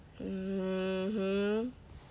mmhmm